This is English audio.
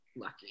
lucky